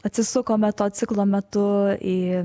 atsisukome to ciklo metu į